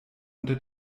unter